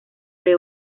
pre